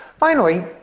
finally,